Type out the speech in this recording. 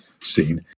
scene